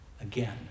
again